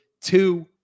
two